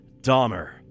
Dahmer